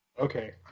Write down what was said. Okay